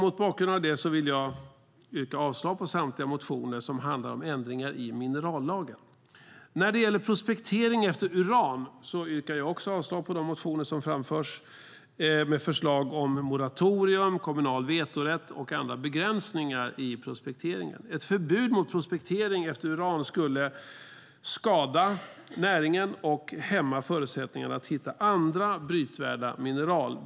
Mot bakgrund av det vill jag yrka avslag på samtliga motioner som handlar om ändringar i minerallagen. När det gäller prospektering efter uran yrkar jag avslag på de motioner som finns med förslag om moratorium, kommunal vetorätt och andra begränsningar i prospekteringen. Ett förbud mot prospektering efter uran skulle skada näringen och hämma förutsättningarna att hitta andra brytvärda mineral.